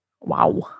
Wow